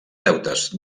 deutes